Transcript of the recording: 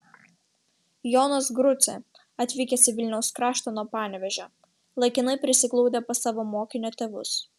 jonas grucė atvykęs į vilniaus kraštą nuo panevėžio laikinai prisiglaudė pas savo mokinio tėvus